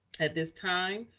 at this time,